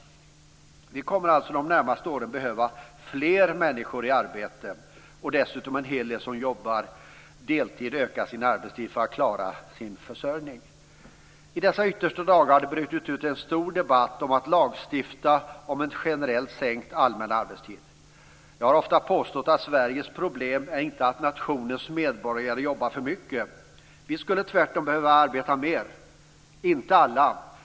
Vi kommer alltså under de närmaste åren att behöva fler människor i arbete. Dessutom kommer en hel del som jobbar deltid att behöva öka sin arbetstid för att klara sin försörjning. I dessa yttersta dagar har det brutit ut en stor debatt om att man ska lagstifta om en generellt sänkt allmän arbetstid. Jag har ofta påstått att Sveriges problem inte är att nationens medborgare jobbar för mycket. Vi skulle tvärtom behöva arbeta mer. Det gäller inte alla.